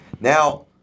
Now